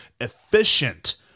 Efficient